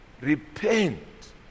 Repent